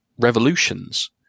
revolutions